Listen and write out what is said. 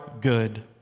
good